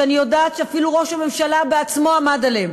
ואני יודעת שאפילו ראש הממשלה בעצמו עמד עליהם,